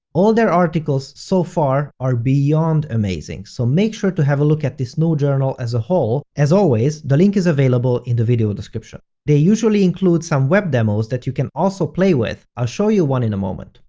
all their articles so far are beyond amazing, so make sure to have a look at this new journal as a whole, as always, the link is available in the video description. they usually include some web demos that you can also play with, i'll show you one in a moment.